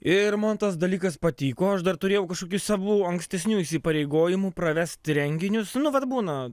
ir man tas dalykas patiko aš dar turėjau kažkokių savų ankstesnių įsipareigojimų pravesti renginius nu vat būna